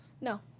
No